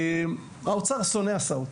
שהאוצר שונא הסעות.